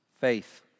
faith